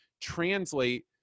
translate